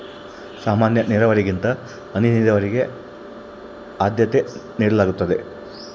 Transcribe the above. ಸಾಮಾನ್ಯ ನೇರಾವರಿಗಿಂತ ಹನಿ ನೇರಾವರಿಗೆ ಆದ್ಯತೆ ನೇಡಲಾಗ್ತದ